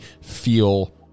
feel